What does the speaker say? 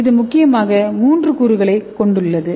இது முக்கியமாக மூன்று கூறுகளைக் கொண்டுள்ளது